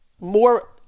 More